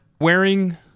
wearing